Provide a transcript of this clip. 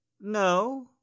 No